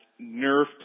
nerfed